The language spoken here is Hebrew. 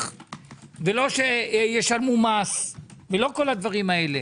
ולא שישלמו מס ולא כל הדברים הללו.